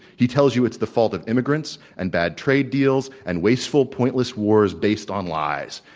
he tells you it's the fault of immigrants and bad trade deals and wasteful, pointless wars based on lies.